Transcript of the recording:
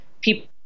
people